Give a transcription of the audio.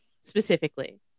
specifically